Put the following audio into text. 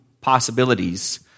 possibilities